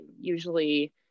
usually